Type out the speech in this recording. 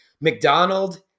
McDonald